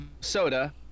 soda